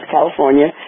California